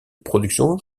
production